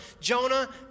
Jonah